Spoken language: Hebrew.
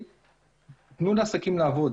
תנו לעסקים לעבוד.